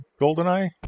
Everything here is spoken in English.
GoldenEye